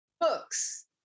Books